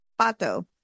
Pato